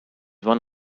one